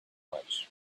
much